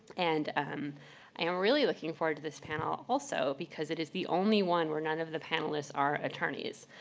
and i am really looking forward to this panel also, because it is the only one where none of the panelists are attorneys